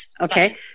okay